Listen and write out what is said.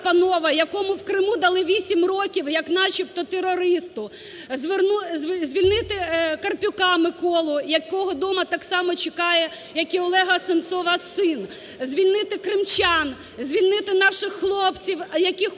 якому в Криму дали 8 років, як начебто терористу; звільнити Карп'юка Миколу, якого само дома чекає, як і Олега Сенцова, син; звільнити кримчан, звільнити наших хлопців, яких утримують